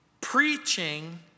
Preaching